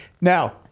Now